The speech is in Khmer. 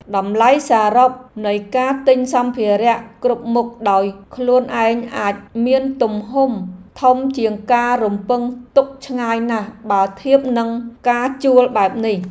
តម្លៃសរុបនៃការទិញសម្ភារៈគ្រប់មុខដោយខ្លួនឯងអាចមានទំហំធំជាងការរំពឹងទុកឆ្ងាយណាស់បើធៀបនឹងការជួលបែបនេះ។